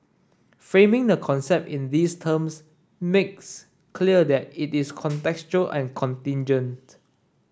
framing the concept in these terms makes clear that it is contextual and contingent